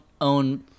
own